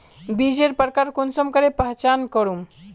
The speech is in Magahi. बीजेर प्रकार कुंसम करे पहचान करूम?